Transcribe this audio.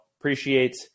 appreciate